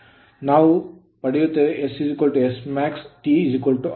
ನಾವು ಪಡೆಯುತ್ತೇವೆ s smaxT r2x 2